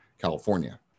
California